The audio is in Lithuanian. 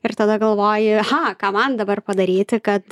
ir tada galvoji aha ką man dabar padaryti kad